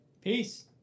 Peace